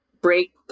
break